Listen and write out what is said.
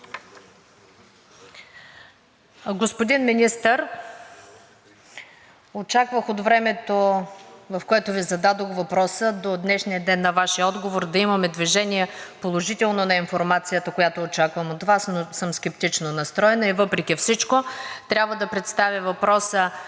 Господин Министър, очаквах от времето, в което Ви зададох въпроса, до днешния ден на Вашия отговор да имаме положително движение на информацията, която очаквам от Вас, но съм скептично настроена. И въпреки всичко, трябва да представя въпроса